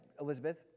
Elizabeth